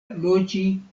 loĝi